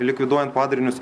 likviduojant padarinius